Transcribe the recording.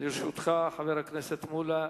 לרשותך, חבר הכנסת מולה,